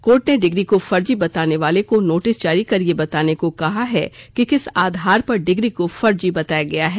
court ने degree को फर्जी बताने वाले को नोटिस जारी कर यह बताने को कहा है कि किस आधार पर डिग्री को फर्जी बताया गया है